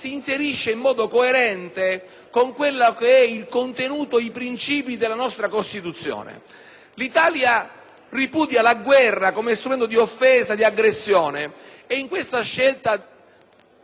L'Italia ripudia la guerra come strumento di offesa e aggressione: in questa scelta della nostra Carta costituzionale vi è anche un giudizio esplicito sul nostro passato.